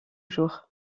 jour